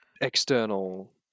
external